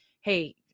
hey